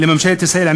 ממשלת ישראל,